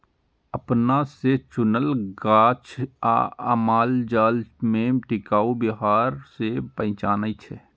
अपना से चुनल गाछ आ मालजाल में टिकाऊ व्यवहार से पहचानै छै